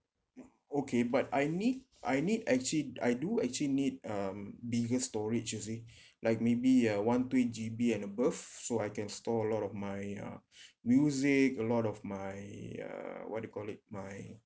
okay but I need I need actually I do actually need um bigger storage you see like maybe uh one two eight G_B and above so I can store a lot of my uh music a lot of my uh what you call it my